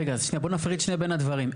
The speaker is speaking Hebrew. אז רגע, שנייה, בואו נפריד בין הדברים.